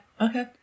Okay